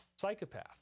Psychopath